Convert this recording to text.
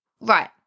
Right